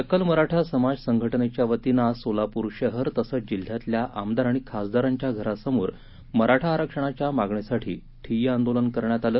सकल मराठा समाज संघटनेच्या वतीनं आज सोलापूर शहर तसंच जिल्ह्यातल्या आमदार आणि खासदारांच्या घरासमोर मराठा आरक्षणाच्या मागणीसाठी ठिय्या आंदोलन करण्यात आलं